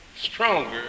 stronger